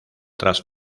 tras